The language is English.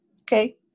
Okay